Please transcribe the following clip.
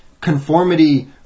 conformity